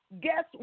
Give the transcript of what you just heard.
guess